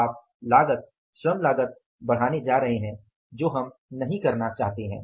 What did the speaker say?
आप लागत श्रम लागत बढ़ाने जा रहे हैं जो हम नहीं करना चाहते हैं